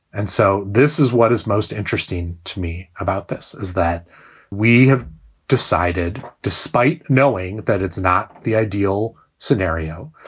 and so this is what is most interesting to me about this, is that we have decided, despite knowing that it's not the ideal scenario,